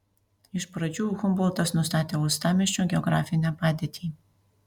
iš pradžių humboltas nustatė uostamiesčio geografinę padėtį